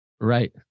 Right